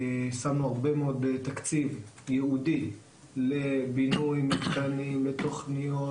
שמנו הרבה מאוד תקציב ייעודי לבינוי מתקנים ולתוכניות